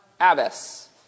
Abbas